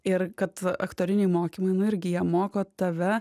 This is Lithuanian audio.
ir kad aktoriniai mokymai nu irgi jie moko tave